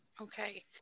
Okay